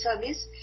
service